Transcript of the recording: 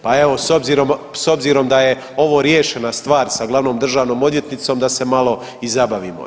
Pa evo s obzirom da je ovo riješena stvar sa glavnom državnom odvjetnicom da se malo i zabavimo.